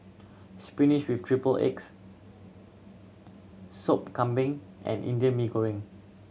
spinach with triple eggs Sop Kambing and Indian Mee Goreng